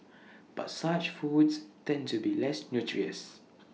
but such foods tend to be less nutritious